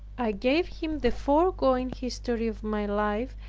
i gave him the foregoing history of my life,